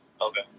Okay